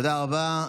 תודה רבה.